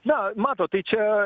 na matot tai čia